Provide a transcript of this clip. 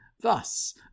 Thus